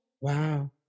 wow